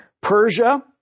Persia